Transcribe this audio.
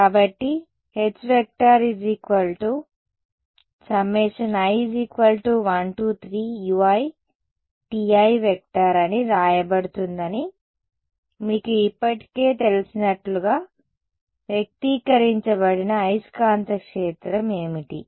కాబట్టి Hi13uiTi అని వ్రాయబడుతుందని మీకు ఇప్పటికే తెలిసినట్లుగా వ్యక్తీకరించబడిన అయస్కాంత క్షేత్రం ఏమిటి